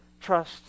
trust